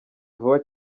vuba